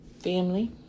Family